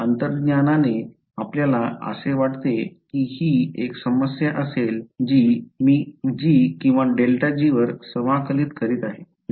अंतर्ज्ञानाने आपल्याला असे वाटते की ही एक समस्या असेल जी मी g किंवा ∇g वर समाकलित करीत आहे